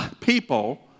people